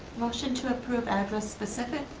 motion to approve, address specific.